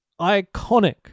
iconic